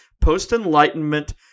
post-Enlightenment